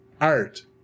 art